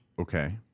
Okay